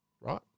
right